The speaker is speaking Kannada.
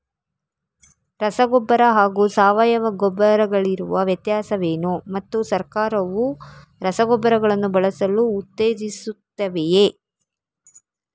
ರಸಗೊಬ್ಬರ ಹಾಗೂ ಸಾವಯವ ಗೊಬ್ಬರ ಗಳಿಗಿರುವ ವ್ಯತ್ಯಾಸವೇನು ಮತ್ತು ಸರ್ಕಾರವು ರಸಗೊಬ್ಬರಗಳನ್ನು ಬಳಸಲು ಉತ್ತೇಜಿಸುತ್ತೆವೆಯೇ?